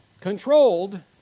controlled